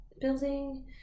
building